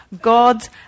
God's